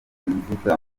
mvuga